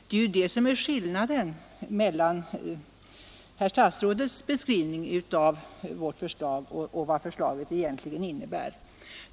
Det är ju det som är skillnaden mellan herr statsrådets beskrivning av vårt förslag och vad förslaget egentligen innebär.